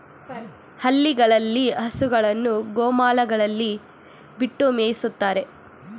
ಹಳ್ಳಿಗಳಲ್ಲಿ ಹಸುಗಳನ್ನು ಗೋಮಾಳಗಳಲ್ಲಿ ಬಿಟ್ಟು ಮೇಯಿಸುತ್ತಾರೆ